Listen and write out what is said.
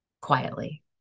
quietly